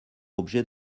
objet